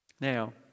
Now